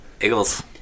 Eagles